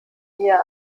hier